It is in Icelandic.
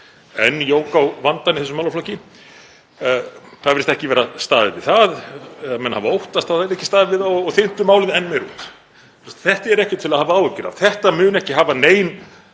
enn jók á vandann í þessum málaflokki, þá virðist ekki vera staðið við það eða menn hafa óttast að það yrði ekki staðið við það og þynntu málið enn meira út. Þetta er ekkert til að hafa áhyggjur af. Þetta mun ekki hafa nein